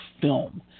film